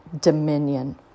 dominion